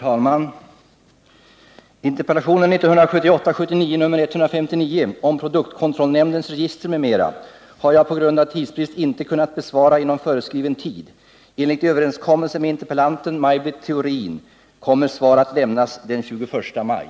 Herr talman! Märta Fredrikson har interpellerat mig om beredskapen mot oljekatastrofer. Jag får meddela att enligt överenskommelse med interpellanten kommer svar att lämnas måndagen den 7 maj.